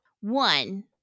One